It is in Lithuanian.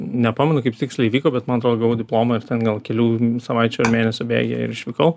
nepamenu kaip tiksliai įvyko bet man atrodo gavau diplomą ir ten gal kelių savaičių ar mėnesių bėgyje ir išvykau